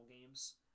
games